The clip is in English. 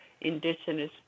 Indigenous